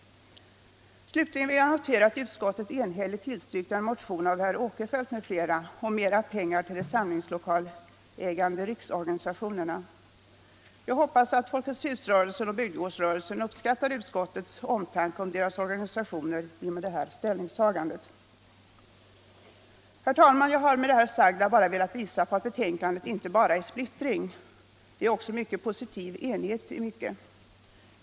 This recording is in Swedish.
Slutligen får jag notera att utskottet enhälligt har tillstyrkt en motion av herr Åkerfeldt m.fl. om mer pengar till de samlingslokalägande riksorganisationerna. Jag hoppas att folketshusrörelsen och bygdegårdsrörelsen uppskattar den omtanke om deras organisationer som kommer till uttryck i utskottets ställningstagande. Herr talman! Med det sagda har jag bara velat visa på att betänkandet inte bara är splittring — det är också positiv enighet i mycket.